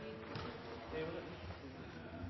er det